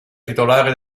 titolare